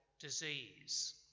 disease